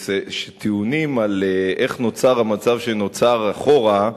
שטיעונים על איך נוצר המצב שנוצר אחורה,